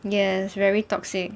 yes very toxic